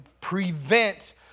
prevent